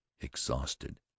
exhausted